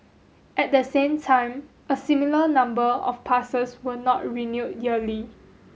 at the same time a similar number of passes were not renewed yearly